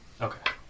Okay